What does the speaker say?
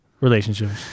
relationships